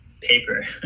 paper